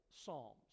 psalms